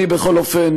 בכל אופן,